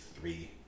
three